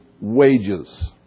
wages